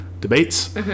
debates